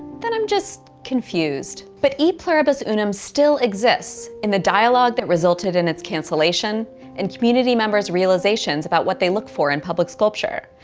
then i'm just confused. but e pluribus unum still exists in the dialogue that resulted in its cancellation and community members' realizations about what they look for in public sculpture,